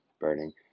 burning